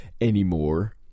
anymore